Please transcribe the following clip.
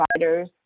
providers